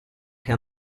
che